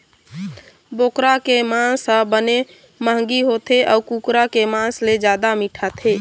बोकरा के मांस ह बने मंहगी होथे अउ कुकरा के मांस ले जादा मिठाथे